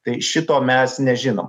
tai šito mes nežinom